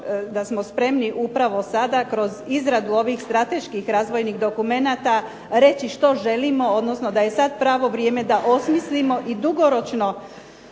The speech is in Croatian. da smo spremni upravo sada kroz izradu ovih strateških razvojnih dokumenata reći što želimo, odnosno da je sad pravo vrijeme da osmislimo i dugoročno